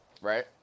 right